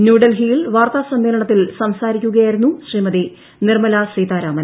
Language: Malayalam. ന്യൂഡൽഹിയിൽ വാർത്താ സമ്മേളനത്തിൽ സംസാരിക്കുകയായിരുന്നു ശ്രീമതി നിർമ്മലാ സീതാരാമൻ